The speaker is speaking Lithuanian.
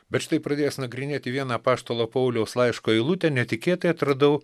bet štai pradėjęs nagrinėti vieną apaštalo pauliaus laiško eilutę netikėtai atradau